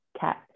cat